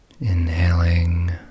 Inhaling